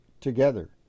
together